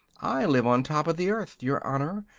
i live on top of the earth, your honor,